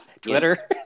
twitter